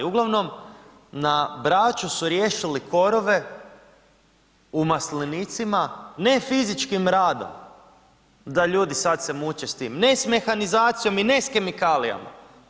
Uglavnom, na Braču su riješili korove u maslinicima ne fizičkim radom, da ljudi sad se muče s tim, ne s mehanizacijom i ne s kemikalijama.